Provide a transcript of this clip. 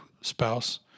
spouse